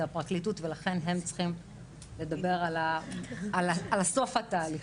הפרקליטות ולכן הם צריכים לדבר על סוף התהליך.